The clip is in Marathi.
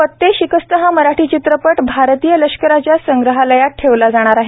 फतेशिकस्त हा मराठी चित्रपट भारतीय लष्कराच्या संग्रहालयात ठेवला जाणार आहे